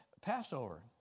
Passover